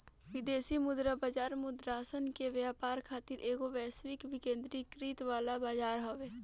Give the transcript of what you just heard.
विदेशी मुद्रा बाजार मुद्रासन के व्यापार खातिर एगो वैश्विक विकेंद्रीकृत वाला बजार हवे